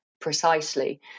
precisely